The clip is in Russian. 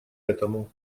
этому